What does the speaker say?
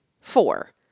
four